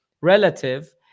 relative